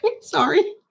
Sorry